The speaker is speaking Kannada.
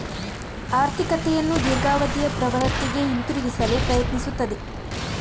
ಆರ್ಥಿಕತೆಯನ್ನು ದೀರ್ಘಾವಧಿಯ ಪ್ರವೃತ್ತಿಗೆ ಹಿಂತಿರುಗಿಸಲು ಪ್ರಯತ್ನಿಸುತ್ತದೆ